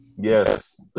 Yes